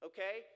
Okay